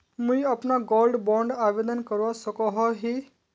मुई अपना gold bond आवेदन करवा सकोहो ही?